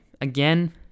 Again